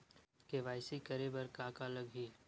KYC करे बर का का लगही?